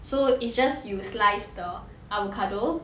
so it's just you slice the avocado